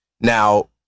Now